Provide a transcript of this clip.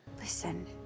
listen